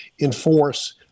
enforce